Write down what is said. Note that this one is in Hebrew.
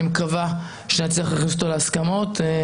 אני מקווה שנצליח להכניס אותו להסכמות.